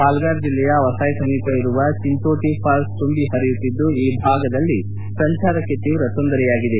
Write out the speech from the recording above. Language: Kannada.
ಪಾಲ್ಗಾರ್ ಜಿಲ್ಲೆಯ ವಸಾಯ್ ಸಮೀಪ ಇರುವ ಚಿಂಚೋಟಿ ಫಾಲ್ಪ್ ತುಂಬಿ ಹರಿಯುತ್ತಿದ್ದು ಈ ಭಾಗದಲ್ಲಿ ಸಂಚಾರಕ್ಕೆ ತೀವ್ರ ತೊಂದರೆಯಾಗಿದೆ